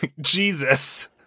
Jesus